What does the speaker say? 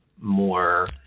more